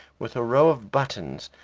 with a row of buttons,